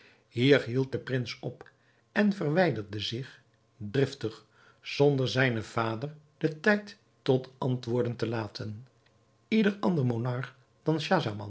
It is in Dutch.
hier hield de prins op en verwijderde zich driftig zonder zijnen vader den tijd tot antwoorden te laten ieder ander